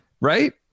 right